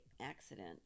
accident